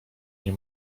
nie